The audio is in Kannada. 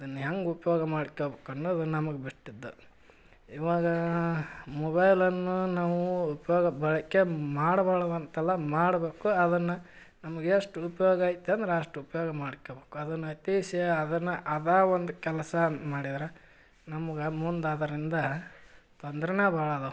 ಇದನ್ನು ಹೆಂಗೆ ಉಪಯೋಗ ಮಾಡ್ಕ್ಯಬೇಕು ಅನ್ನೋದು ನಮ್ಗೆ ಬಿಟ್ಟಿದ್ದು ಇವಾಗ ಮೊಬೈಲನ್ನು ನಾವು ಉಪಯೋಗ ಬಳಕೆ ಮಾಡ್ಬಾರ್ದ್ ಅಂತಲ್ಲ ಮಾಡಬೇಕು ಅದನ್ನು ನಮ್ಗೆ ಎಷ್ಟು ಉಪ್ಯೋಗ ಐತಿ ಅಂದ್ರೆ ಅಷ್ಟು ಉಪಯೋಗ ಮಾಡ್ಕೋಬೇಕು ಅದನ್ನು ಅದನ್ನು ಅದೇ ಒಂದು ಕೆಲ್ಸಾಂತ ಮಾಡಿದ್ರೆ ನಮ್ಗೆ ಮುಂದೆ ಅದರಿಂದ ತೊಂದ್ರೆನೇ ಭಾಳ ಅದಾವೆ